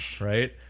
right